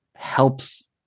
helps